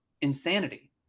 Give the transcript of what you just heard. insanity